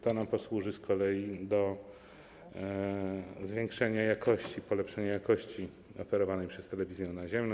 To nam posłuży z kolei do zwiększenia jakości, polepszenia jakości oferowanej przez telewizję naziemną.